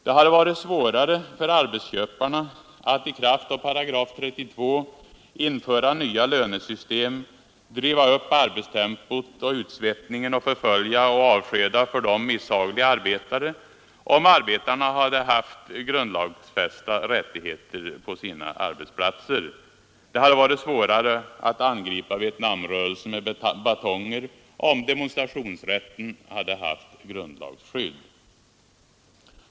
Det hade varit svårare för arbetsköparna att i kraft av §32 införa nya lönesystem, driva upp arbetstempot och utsvettningen och förfölja och avskeda för dem misshagliga arbetare, om arbetarna hade haft grundlagfästa rättigheter på sina arbetsplatser. Det hade varit svårare att angripa Vietnamrörelsen med batonger, om demonstrationsrätten hade haft grundlagsskydd.